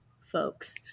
folks